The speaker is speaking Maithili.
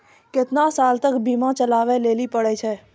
केतना साल तक बीमा चलाबै लेली पड़ै छै?